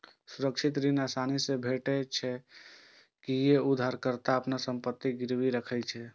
सुरक्षित ऋण आसानी से भेटै छै, कियै ते उधारकर्ता अपन संपत्ति गिरवी राखै छै